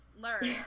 learn